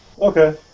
Okay